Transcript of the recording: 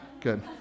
Good